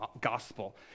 gospel